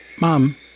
Mom